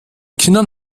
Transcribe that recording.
kindern